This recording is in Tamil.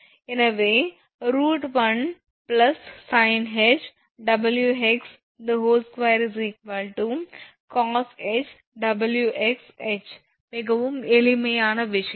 எனவே √1sinh𝑊𝑥𝐻2 cosh𝑊𝑥𝐻 மிகவும் எளிமையான விஷயம்